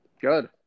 Good